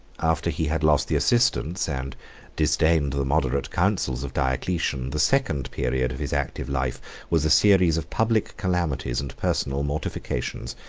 after he had lost the assistance, and disdained the moderate counsels of diocletian, the second period of his active life was a series of public calamities and personal mortifications,